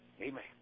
Amen